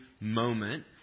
moment